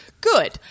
good